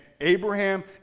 Abraham